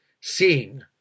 seeing